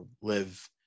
live